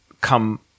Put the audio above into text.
come